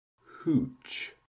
hooch